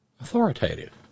authoritative